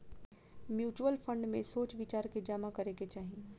mutual fund में सोच विचार के जामा करे के चाही